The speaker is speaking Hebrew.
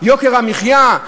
יוקר המחיה?